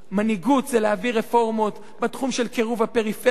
מנהיגות זה להביא רפורמות בתחום של קירוב הפריפריה,